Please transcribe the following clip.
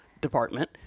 department